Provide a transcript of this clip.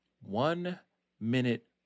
one-minute